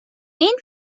این